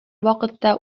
вакытта